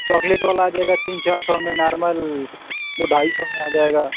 chocolate वाला आ जाएगा तीन चार सौ में नार्मल दो ढाई सौ में आ जाएगा